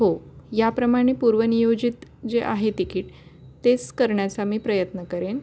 हो याप्रमाणे पूर्व नियोजित जे आहे तिकीट तेच करण्याचा मी प्रयत्न करेन